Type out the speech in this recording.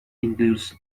includes